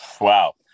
Wow